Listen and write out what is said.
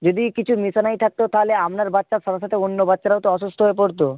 যদি কিছু মেশানোই থাকত তাহলে আপনার বাচ্চার সাথে সাথে অন্য বাচ্চারাওতো অসুস্থ হয়ে পড়ত